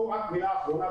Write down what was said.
רק מילה אחרונה,